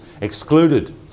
excluded